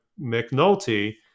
McNulty